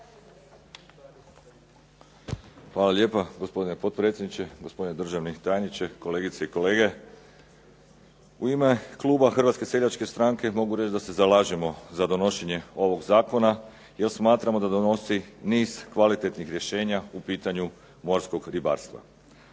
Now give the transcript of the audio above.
Hvala lijepa, gospodine potpredsjedniče. Gospodine državni tajniče, kolegice i kolege. U ime kluba Hrvatske seljačke stranke mogu reći da se zalažemo za donošenje ovog zakona jer smatramo da donosi niz kvalitetnih rješenja u pitanju morskog ribarstva.